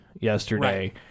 yesterday